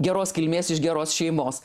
geros kilmės iš geros šeimos